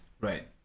Right